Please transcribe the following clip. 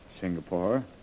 Singapore